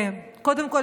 קודם כול,